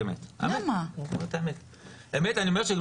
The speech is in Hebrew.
באמת, אני אומר את האמת.